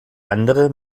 andere